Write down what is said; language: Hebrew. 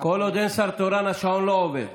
כל עוד אין שר תורן השעון לא עובד.